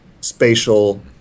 spatial